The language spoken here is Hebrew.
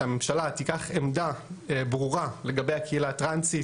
שהממשלה תיקח עמדה ברורה לגבי הקהילה הטרנסית,